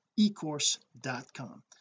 eCourse.com